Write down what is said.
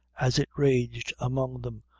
as it raged among them,